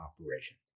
operation